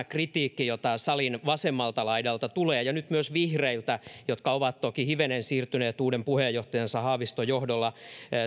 kritiikin perusteella jota salin vasemmalta laidalta tulee ja nyt myös vihreiltä jotka ovat toki hivenen siirtyneet uuden puheenjohtajansa haaviston johdolla